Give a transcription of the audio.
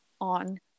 on